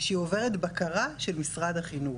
שעוברת בקרה של משרד החינוך.